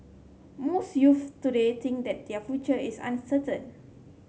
most youths today think that their future is uncertain